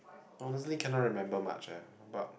honestly cannot remember much eh but